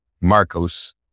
Marcos